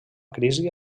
crisi